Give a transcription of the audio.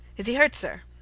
is he hurt, sir?